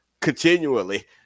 continually